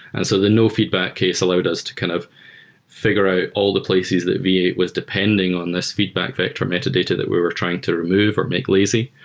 and so the no feedback case allowed us to kind of figure out all the places that v eight was depending on this feedback vector metadata that we were trying to remove or make lazy.